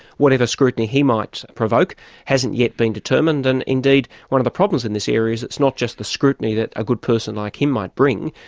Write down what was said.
whatever scrutiny he might provoke hasn't yet been determined, and, indeed, one of the problems in this area is it's not just the scrutiny that a good person like him might bring,